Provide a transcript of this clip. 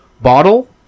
Bottle